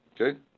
Okay